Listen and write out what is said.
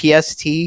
PST